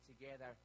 together